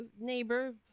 neighbor